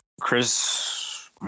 Chris